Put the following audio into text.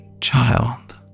child